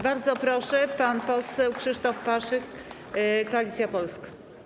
Bardzo proszę, pan poseł Krzysztof Paszyk, Koalicja Polska.